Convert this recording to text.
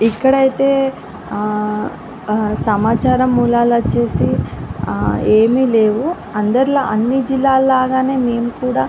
ఇక్కడ అయితే సమాచారం మూలాలు వచ్చేసి ఏమీ లేవు అందరిలా అన్ని జిల్లాల లాగానే మేము కూడా